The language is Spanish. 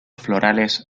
florales